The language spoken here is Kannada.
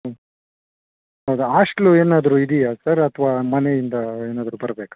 ಹ್ಞೂ ಹೌದಾ ಆಸ್ಟ್ಲು ಏನಾದರು ಇದೆಯಾ ಸರ್ ಅಥವಾ ಮನೆಯಿಂದ ಏನಾದರು ಬರಬೇಕ